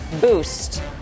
boost